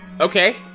okay